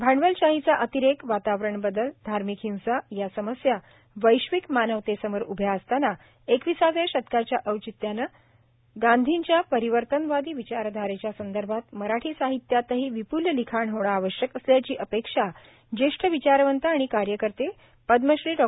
भांडवलशाहीचा अतिरेक वातावरण बदल धार्मिक हिंसा या समस्या वैश्विक मानवतेसमोर उभ्या असतांना एकविसाव्या शतकाच्या औचित्याने गांधींच्या परिवर्तनवादी विचारधारेच्या संदर्भात मराठी साहित्यातही विपूल लिखाण होण आवश्यक असल्याची अपेक्षा जेष्ठ विचारवंत आणि कार्यकर्ते पदमश्री डॉ